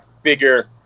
figure